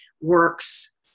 works